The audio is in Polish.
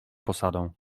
posadą